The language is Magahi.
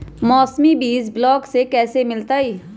मौसमी बीज ब्लॉक से कैसे मिलताई?